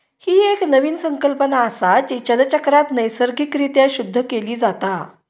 ही एक नवीन संकल्पना असा, जी जलचक्रात नैसर्गिक रित्या शुद्ध केली जाता